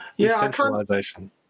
decentralization